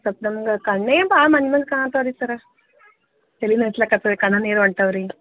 ಸ್ವಲ್ಪ ನಮ್ಗೆ ಕಣ್ಣೇ ಭಾಳ ಮಂಜು ಮಂಜು ಕಾಣುತಿವೆ ರೀ ಸರ್ರ್ ತಲೆ ನೋಯಿಸ್ಲಕತ್ತಿದೆ ಕಣ್ಣಾಗೆ ನೀರು ಹೊಂಟಿವೆ ರೀ